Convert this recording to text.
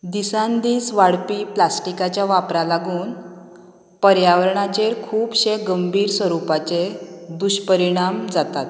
दिसान दीस वाडपी प्लास्टीकाच्या वापरा लागून पर्यावरणाचेर खुबशें गंभीर स्वरुपाचे दुश्परिणाम जातात